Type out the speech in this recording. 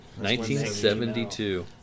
1972